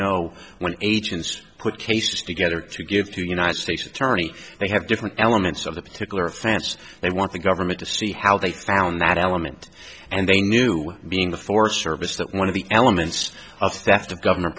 know when agents put case together to give to united states attorney they have different elements of the particular offense they want the government to see how they found that element and they knew being the forest service that one of the elements of theft of government